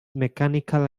mechanical